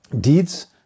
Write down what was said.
deeds